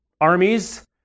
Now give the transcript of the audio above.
armies